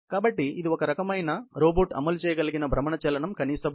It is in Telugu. కాబట్టి ఇది ఒక రకంగా ఈ ప్రత్యేకమైన రోబోట్లో అమలు చేయయగలిగిన భ్రమణచలనము కనీసకొలత